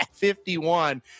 51